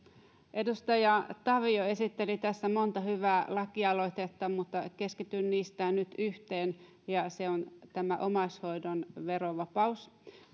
edustaja tavio esitteli tässä monta hyvää lakialoitetta mutta keskityn niistä nyt yhteen ja se on tämä omaishoidon verovapaus